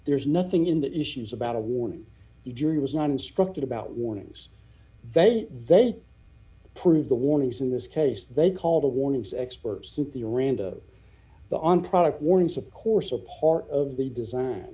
there's nothing in the issues about a warning the jury was not instructed about warnings that they approved the warnings in this case they called the warnings experts at the rand on product warnings of course are part of the design